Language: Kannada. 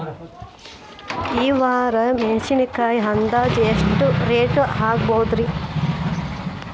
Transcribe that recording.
ಈ ವಾರ ಮೆಣಸಿನಕಾಯಿ ಅಂದಾಜ್ ಎಷ್ಟ ರೇಟ್ ಆಗಬಹುದ್ರೇ?